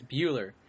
Bueller